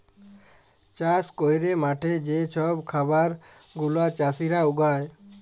চাষ ক্যইরে মাঠে যে ছব খাবার গুলা চাষীরা উগায়